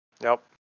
nope